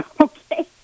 Okay